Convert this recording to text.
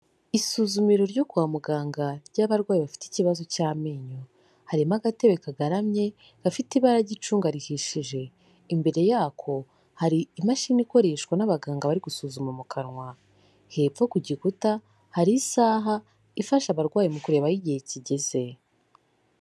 Isuzumiro ryo kwa muganga ry'abarwayi bafite ikibazo cy'amenyo, harimo agatebe kagaramye gafite ibara ry'icunga rihishije, imbere yako hari imashini ikoreshwa n'abaganga bari gusuzuma mu kanwa, hepfo ku gikuta hari isaha ifasha abarwayi mu kureba aho igihe kigeze.